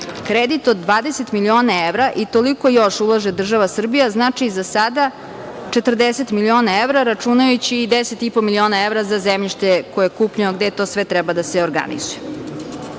Kredit od 20 miliona evra i toliko još ulaže država Srbija, znači, za sada 40 miliona evra, računajući i deset i po miliona evra za zemljište koje je kupljeno gde to sve treba da se organizuje. Vaša